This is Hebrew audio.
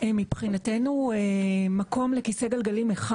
מבחינתנו מקום לכיסא גלגלים אחד,